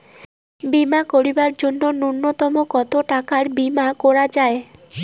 বীমা করিবার জন্য নূন্যতম কতো টাকার বীমা করা যায়?